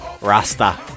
Rasta